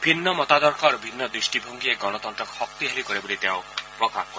ভিন্ন মতাদৰ্শ আৰু ভিন্ন দৃষ্টিভংগীয়ে গণতন্ত্ৰক শক্তিশালী কৰে বুলি তেওঁ প্ৰকাশ কৰে